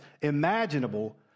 imaginable